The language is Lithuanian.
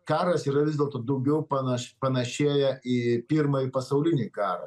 karas yra vis dėlto daugiau panaš panašėja į pirmąjį pasaulinį karą